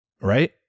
right